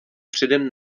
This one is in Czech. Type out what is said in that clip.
předem